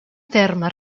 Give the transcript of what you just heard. terme